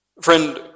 Friend